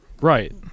right